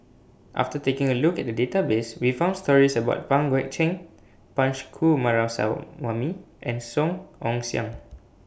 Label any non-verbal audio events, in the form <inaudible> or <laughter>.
after taking A Look At The Database We found stories about Pang Guek Cheng Punch <unintelligible> and Song Ong Siang